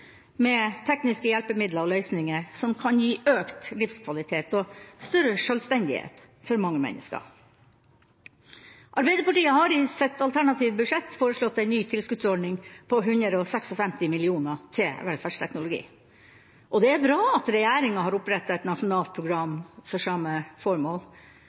med tekniske hjelpemidler og løsninger som kan gi økt livskvalitet og større selvstendighet for mange mennesker. Arbeiderpartiet har i sitt alternative budsjett foreslått en ny tilskuddsordning på 156 mill. kr til velferdsteknologi. Det er bra at regjeringa har opprettet et nasjonalt program for samme formål,